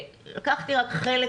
לקחתי רק חלק